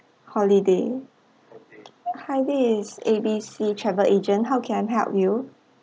holiday hi this is A_B_C travel agent how can I help you